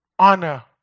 Honor